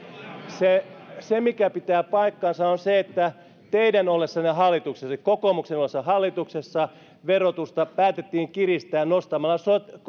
se se mikä pitää paikkansa on se että teidän ollessanne hallituksessa kokoomuksen ollessa hallituksessa verotusta päätettiin kiristää nostamalla